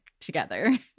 together